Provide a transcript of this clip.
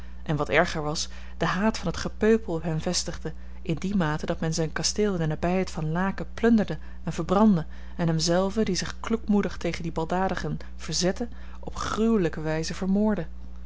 en wat erger was den haat van het gepeupel op hem vestigde in die mate dat men zijn kasteel in de nabijheid van laeken plunderde en verbrandde en hem zelven die zich kloekmoedig tegen die baldadigen verzette op gruwelijke wijze vermoordde